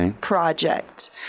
project